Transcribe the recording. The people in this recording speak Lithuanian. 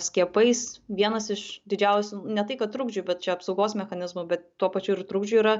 skiepais vienas iš didžiausių ne tai kad trukdžių bet čia apsaugos mechanizmų bet tuo pačiu ir trukdžių yra